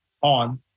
on